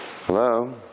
Hello